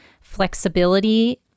flexibility